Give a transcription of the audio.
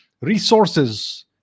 resources